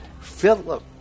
Philip